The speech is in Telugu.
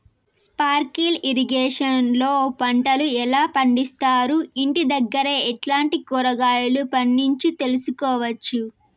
స్పార్కిల్ ఇరిగేషన్ లో పంటలు ఎలా పండిస్తారు, ఇంటి దగ్గరే ఎట్లాంటి కూరగాయలు పండించు తెలుసుకోవచ్చు?